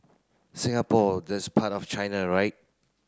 Singapore that's part of China right